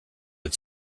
had